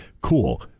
cool